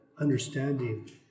understanding